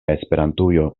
esperantujo